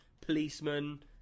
Policemen